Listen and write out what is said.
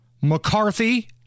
McCarthy